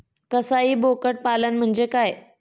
कसाई बोकड पालन म्हणजे काय?